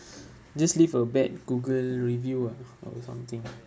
just leave a bad google review ah or something